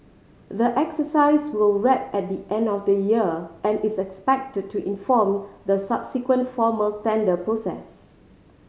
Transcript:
the exercise will wrap at the end of the year and is expect to to inform the subsequent formal tender process